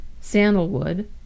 sandalwood